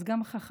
אז גם חכמה,